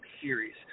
series